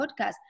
podcast